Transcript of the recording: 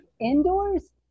Indoors